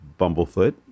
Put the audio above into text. Bumblefoot